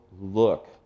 look